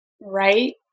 right